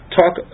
talk